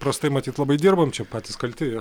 prastai matyt labai dirbam čia patys kalti